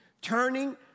turning